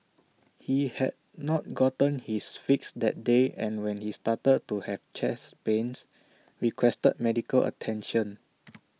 he had not gotten his fix that day and when he started to have chest pains requested medical attention